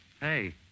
Hey